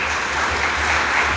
Hvala.